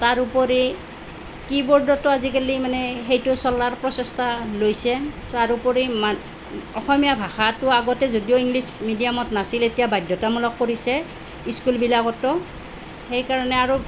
তাৰ উপৰি কী বৰ্ডটো আজিকালি মানে সেইটো চলাৰ প্ৰচেষ্টা লৈছে তাৰ উপৰি মা অসমীয়া ভাষাটো আগতে যদিও ইংলিছ মিডিয়ামত নাছিল এতিয়া বাধ্যতামূলক কৰিছে স্কুলবিলাকতো সেইকাৰণে আৰু